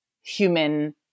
human